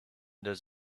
does